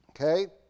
Okay